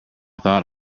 thought